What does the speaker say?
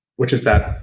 which is that